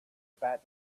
about